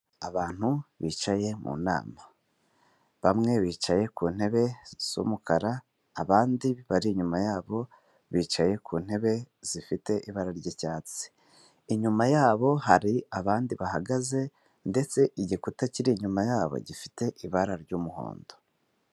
Abantu bicaye mu nama bamwe bicaye ku ntebe z'umukara abandi bari inyuma yabo bicaye ku ntebe zifite ibara ry'icyatsi, inyuma yabo hari abandi bahagaze ndetse igikuta kiri inyuma yabo gifite ibara ry'umuhondo.